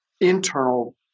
internal